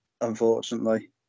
unfortunately